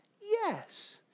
Yes